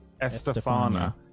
Estefana